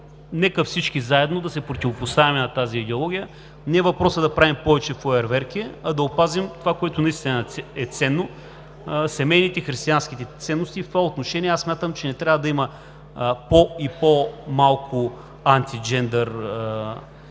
нека всички заедно да се противопоставим на тази идеология. Не е въпросът да правим повече фойерверки, а да опазим това, което наистина е ценно – семейните християнски ценности. В това отношение аз смятам, че не трябва да има по- и по-малко антиджендър